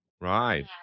Right